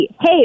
hey